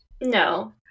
No